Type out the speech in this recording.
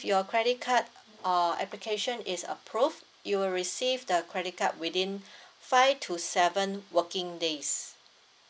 your credit card uh application is approved you'll receive the credit card within five to seven working days